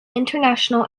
international